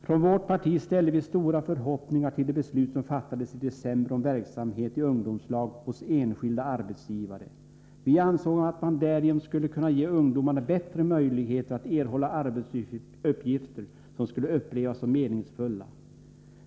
Inom vårt parti ställde vi stora förhoppningar på det beslut som i december fattades om verksamheten i ungdomslag hos enskilda arbetsgivare. Vi ansåg att man därigenom skulle kunna ge ungdomarna bättre möjligheter att erhålla arbetsuppgifter som skulle upplevas som meningsfulla.